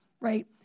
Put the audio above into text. right